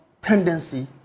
tendency